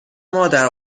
مادر